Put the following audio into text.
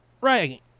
Right